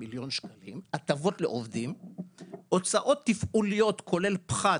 13 מיליון עבור הוצאות תפעוליות כולל פחת,